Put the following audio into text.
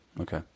Okay